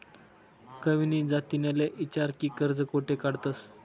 कविनी जतिनले ईचारं की कर्ज कोठे काढतंस